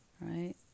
right